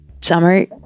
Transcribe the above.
summer